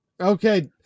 Okay